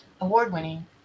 award-winning